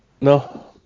No